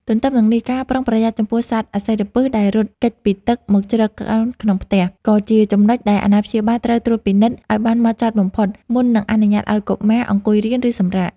ទន្ទឹមនឹងនេះ ការប្រុងប្រយ័ត្នចំពោះសត្វអាសិរពិសដែលរត់គេចពីទឹកមកជ្រកកោនក្នុងផ្ទះ ក៏ជាចំណុចដែលអាណាព្យាបាលត្រូវត្រួតពិនិត្យឱ្យបានម៉ត់ចត់បំផុត មុននឹងអនុញ្ញាតឱ្យកុមារអង្គុយរៀន ឬសម្រាក។